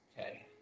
okay